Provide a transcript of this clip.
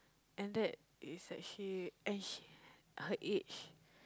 and that is actually and she her age